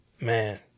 man